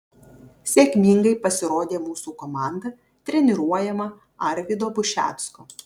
sėkmingai pasirodė mūsų komanda treniruojama arvydo bušecko